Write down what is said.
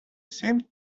seemed